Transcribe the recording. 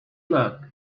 look